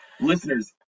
listeners